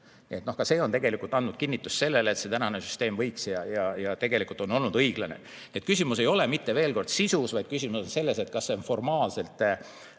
Ka see on andnud kinnitust sellele, et tänane süsteem võiks olla ja tegelikult on olnud õiglane. Küsimus ei ole mitte, veel kord, sisus, vaid küsimus on selles, kas see on formaalselt